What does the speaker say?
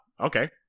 okay